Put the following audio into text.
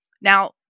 Now